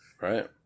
Right